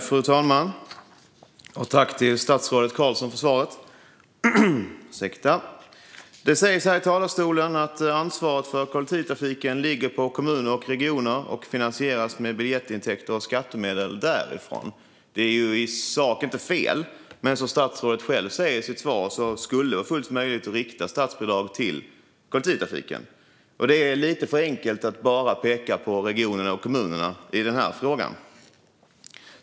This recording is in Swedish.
Fru talman! Tack, statsrådet Carlson, för svaret! Det sägs här i talarstolen att ansvaret för kollektivtrafiken ligger på kommuner och regioner och att den finansieras med biljettintäkter och skattemedel därifrån. Det är i sak inte fel, men som statsrådet själv säger i sitt svar skulle det vara fullt möjligt att rikta statsbidrag till kollektivtrafiken. Det är lite för enkelt att bara peka på regionerna och kommunerna i den här frågan.